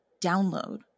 download